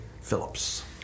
Phillips